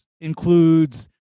includes